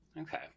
Okay